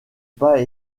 pas